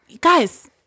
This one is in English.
Guys